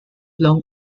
long